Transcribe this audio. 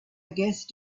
guessed